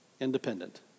independent